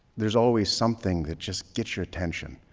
there's always something that just gets your attention.